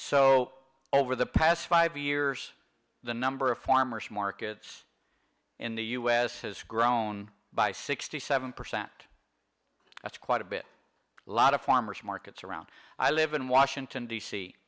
so over the past five years the number of farmers markets in the u s has grown by sixty seven percent that's quite a bit lot of farmers markets around i live in washington d